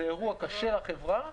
זה אירוע קשה לחברה.